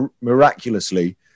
miraculously